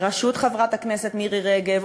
בראשות חברת הכנסת מירי רגב,